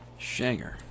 Shanger